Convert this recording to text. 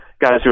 guys